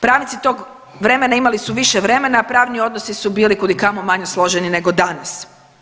Pravnici tog vremena imali su više vremena, a pravni odnosi su bili kud i kamo manje složeni nego danas.